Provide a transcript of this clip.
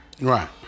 Right